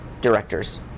directors